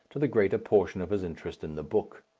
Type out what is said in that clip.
to the greater portion of his interest in the book.